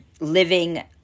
living